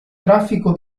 traffico